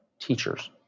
teachers